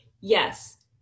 yes